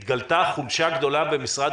יחד עם הגורמים האורגניים במערכת